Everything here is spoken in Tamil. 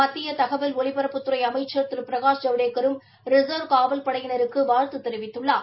மத்திய தகவல் ஒலிபரப்புத்துறை அமைச்சள் திரு பிரகாஷ் ஜவடேக்கரும் ரிசா்வ் காவல் படையினருக்கு வாழ்த்து தெரிவித்துள்ளார்